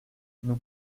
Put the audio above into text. nous